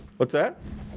what's that?